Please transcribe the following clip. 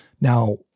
Now